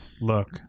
look